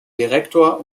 direktor